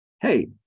hey